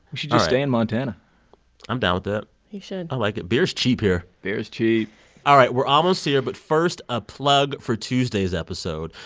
should just stay in montana i'm down with that you should i like it. beer is cheap here beer's cheap all right, we're almost here. but first, a plug for tuesday's episode.